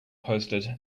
posted